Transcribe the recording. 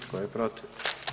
Tko je protiv?